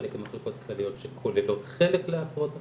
חלק מהמחלקות הן כלליות שכוללות חלק להפרעות אכילה.